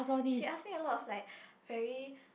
she ask me a lot of like very